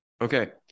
Okay